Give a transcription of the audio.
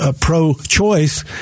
pro-choice